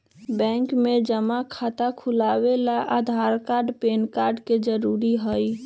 bank में जमा खाता खुलावे ला के.वाइ.सी ला आधार कार्ड आ पैन कार्ड जरूरी हई